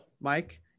Mike